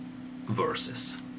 verses